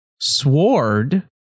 Sword